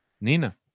Nina